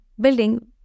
building